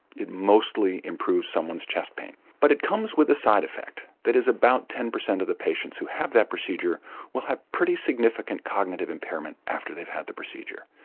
it mostly improves someone's chest pain. but it comes with a side effect that is about ten percent of the patients who have that procedure will have pretty significant cognitive impairment after they've had the procedure.